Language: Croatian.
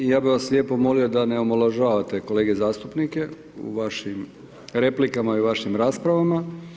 I ja bih vas lijepo molio da ne omalovažavate kolege zastupnike u vašim replikama i u vašim raspravama.